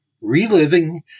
Reliving